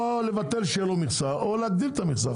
אול לבטל שיהיה לו מכסה, או להגדיל את המכסה.